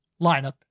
lineup